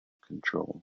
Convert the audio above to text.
control